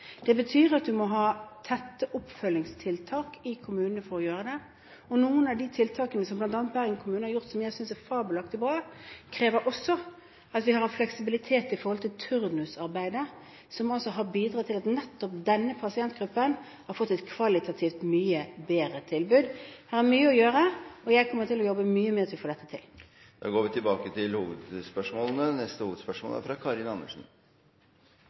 Det betyr at du må ha tette oppfølgingstiltak i kommunene for å gjøre det, og noen av de tiltakene som bl.a. Bergen kommune har gjort, som jeg synes er fabelaktig bra, krever også at vi har en fleksibilitet i turnusarbeidet som altså har bidratt til at nettopp denne pasientgruppen har fått et kvalitativt mye bedre tilbud. Her er mye å gjøre, og jeg kommer til å jobbe mye med å få dette til. Vi går til neste hovedspørsmål. Det er